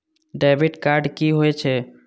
Debit card की होय छेय?